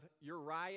Uriah